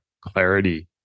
clarity